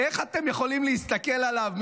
איך אתם יכולים להסתכל עליו,